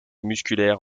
musculaire